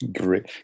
Great